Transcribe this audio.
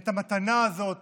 את המתנה הזאת